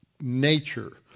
nature